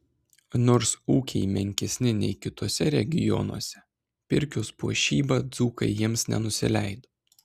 nors ūkiai menkesni nei kituose regionuose pirkios puošyba dzūkai jiems nenusileido